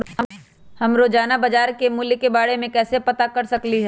हम रोजाना बाजार के मूल्य के के बारे में कैसे पता कर सकली ह?